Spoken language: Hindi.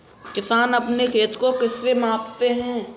किसान अपने खेत को किससे मापते हैं?